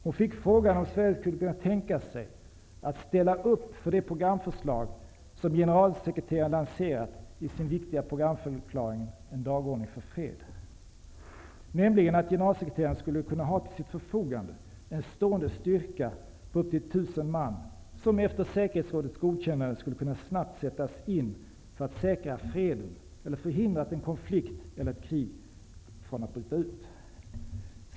Hon fick där frågan om huruvida Sverige skulle kunna tänkas ställa upp för det förslag som generalsekreteraren lanserat i sin viktiga programförklaring ''En dagordning för fred'', nämligen att generalsekreteraren till sitt förfogande skulle kunna ha en stående styrka på upp till 1 000 man och som, efter Säkerhetsrådets godkännande, snabbt skulle kunna sättas in för att säkra fred eller förhindra konflikt eller krig att bryta ut.